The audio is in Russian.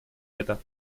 это